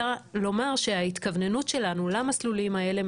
ההתכווננות שלנו למסלולים האלו,